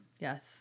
Yes